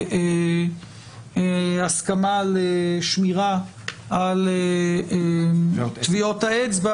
בהסכמה על שמירה על טביעות האצבע